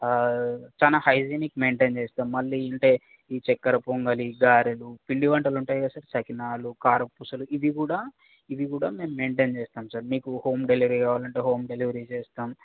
చాలా hygienic maintain చేస్తాం మళ్ళీ అంటే ఈ చక్కెర పొంగలి గారెలు పిండి వంటలు ఉంటాయి కదా సార్ సకినాలు కారపుపూసలు ఇవి కూడా ఇవి కూడా మేము మెయింటైన్ చేస్తాం సార్ మీకు హోమ్ డెలివరీ కావాలంటే హోమ్ డెలివరీ చేస్తాం